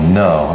no